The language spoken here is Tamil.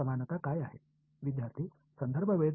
மாணவர் அப்படியே தெரிகிறது